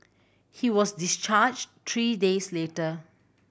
he was discharged three days later